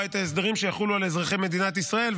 את ההסדרים שיחולו על אזרחי מדינת ישראל,